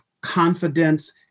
confidence